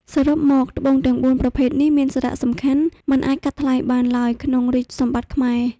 សរុបមក ត្បូងទាំងបួនប្រភេទនេះមានសារៈសំខាន់មិនអាចកាត់ថ្លៃបានឡើយក្នុងរាជសម្បត្តិខ្មែរ។